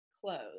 Clothes